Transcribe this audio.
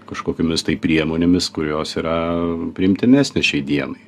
kažkokiomis tai priemonėmis kurios yra priimtinesnės šiai dienai